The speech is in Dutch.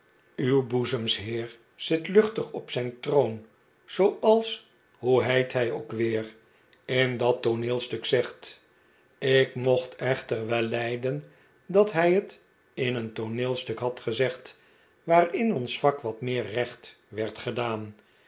uw boezems heer zit luchtig op zijn troon zooals hoe heet hij ook weer in dat tooneelstuk zegt ik mocht echter wel lijden dat hij het in een tooneelstuk had gezegd waarin ons vak wat meer recht werd gedaan